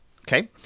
okay